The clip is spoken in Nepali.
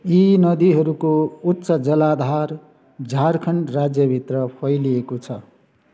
यी नदीहरूको उच्च जलाधार झारखण्ड राज्यभित्र फैलिएको छ